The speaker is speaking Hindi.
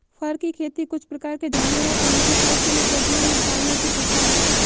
फर की खेती कुछ प्रकार के जानवरों को उनके फर के लिए प्रजनन या पालने की प्रथा है